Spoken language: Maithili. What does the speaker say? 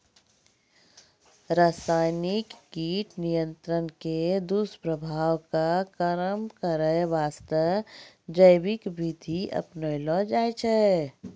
रासायनिक कीट नियंत्रण के दुस्प्रभाव कॅ कम करै वास्तॅ जैविक विधि अपनैलो जाय छै